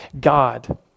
God